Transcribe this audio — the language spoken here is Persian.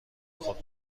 خود